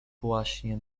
właśnie